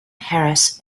harris